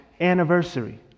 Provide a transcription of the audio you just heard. anniversary